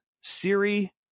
Siri